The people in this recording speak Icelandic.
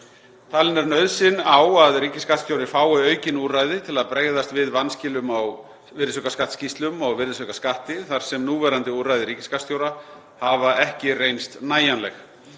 Talin er nauðsyn á að ríkisskattstjóri fái aukin úrræði til að bregðast við vanskilum á virðisaukaskattsskýrslum og virðisaukaskatti þar sem núverandi úrræði ríkisskattstjóra hafa ekki reynst nægjanleg.